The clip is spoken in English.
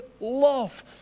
love